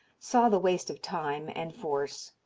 saw the waste of time and force.